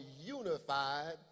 unified